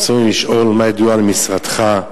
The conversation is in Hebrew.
דבר שמעניין את הציבור כולו.